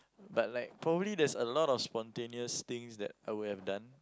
but like probably there's a lot of spontaneous things that I would have done